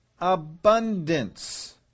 abundance